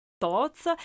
thoughts